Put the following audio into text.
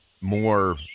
more